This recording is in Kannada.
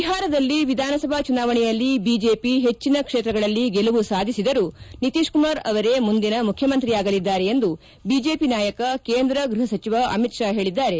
ಬಿಹಾರದಲ್ಲಿ ವಿಧಾನಸಭಾ ಚುನಾವಣೆಯಲ್ಲಿ ಬಿಜೆಪಿ ಪೆಟ್ಟಿನ ಕ್ಷೇತ್ರಗಳಲ್ಲಿ ಗೆಲುವು ಸಾಧಿಸಿದರೂ ನಿತೀಶ್ ಕುಮಾರ್ ಅವರೇ ಮುಂದಿನ ಮುಖ್ಯಮಂತ್ರಿಯಾಗಲಿದ್ದಾರೆ ಎಂದು ಬಿಜೆಪಿ ನಾಯಕ ಕೇಂದ್ರ ಗೃಪ ಸಚಿವ ಅಮಿತ್ ತಾ ಹೇಳಿದ್ದಾರೆ